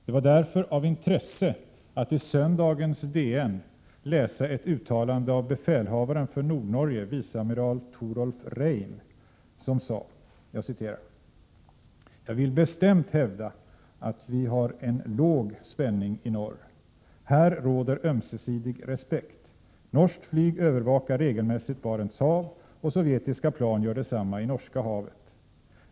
Det var därför av intresse att i söndagens DN läsa ett uttalande av befälhavaren för Nordnorge, viceamiral Torlof Rein, som sade: ”Jag vill bestämt hävda att vi har låg spänning i norr. Här råder ömsesidig respekt. Norskt flyg övervakar regelmässigt Barents hav och sovjetiska plan gör detsamma i Norska havet.